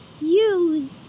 use